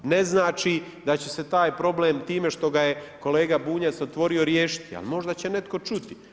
Ne znači da će se taj problem time što ga je kolega Bunjac otvorio riješiti, ali možda će netko čuti.